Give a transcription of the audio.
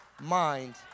mind